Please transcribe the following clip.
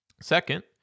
Second